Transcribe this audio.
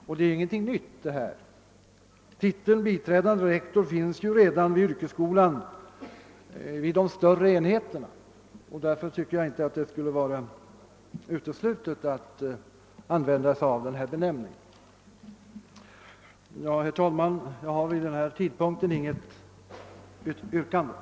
Detta är ingenting nytt; titeln biträdande rektor finns redan i yrkesskolan i de större enheterna. Därför berde' det inte vara uteslutet att använda den benämningen. i Herr talman! Jag har vid denna tidpunkt inie något yrkande.